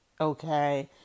Okay